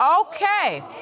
Okay